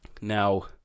Now